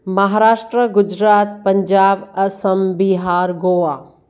Maharashtra Gujarat Punjab Assam Bihar Goa